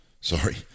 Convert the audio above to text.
sorry